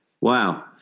wow